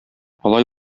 алай